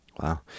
Wow